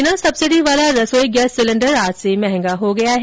बिना सब्सिडी वाला रसोई गैस सिलेण्डर आज से मंहगा हो गया है